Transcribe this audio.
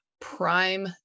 prime